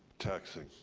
taxing.